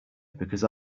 because